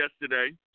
yesterday